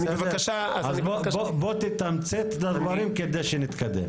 בוא תתמצת את הדברים כדי שנתקדם.